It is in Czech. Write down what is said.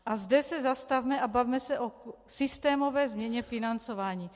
A zde se zastavme a bavme se o systémové změně financování.